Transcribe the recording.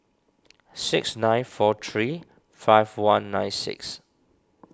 six nine four three five one nine six